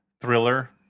thriller